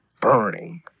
burning